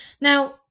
Now